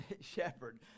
shepherd